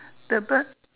the bird